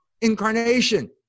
incarnation